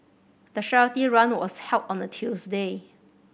the charity run was held on a Tuesday